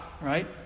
right